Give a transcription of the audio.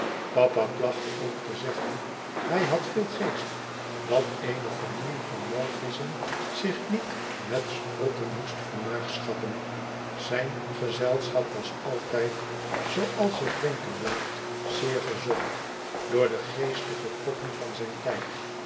papa placht ook te zeggen hij had veel geest dat eene familie van walvisschen zich niet met sprotten moest vermaagschappen zijn gezelschap was altijd zooals zich denken laat zeer gezocht door de geestige koppen van zijn tijd